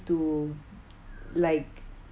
to like